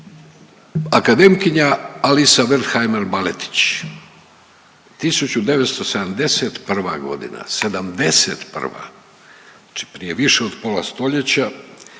akademkinja Alica Wertheimer-Baletić 1971.g., '71., znači prije više od pola stoljeća